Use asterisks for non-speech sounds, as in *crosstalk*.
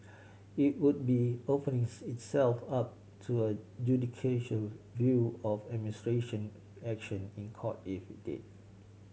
it would be openings itself up to a *unintelligible* view of administration action in Court if it did